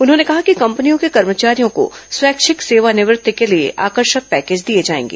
उन्होंने कहा कि कंपनियों के कर्मचारियों को स्वैच्छिक सेवानिवृत्ति के लिए आकर्षक पैकेज दिए जाएंगे